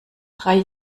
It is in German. drei